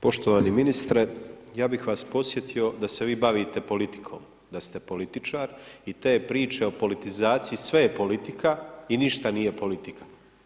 Poštovani ministre ja bi Vas podsjetio da se Vi bavite politikom da ste političar i te priče o politizaciji sve je politika i ništa nije politika.